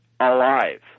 alive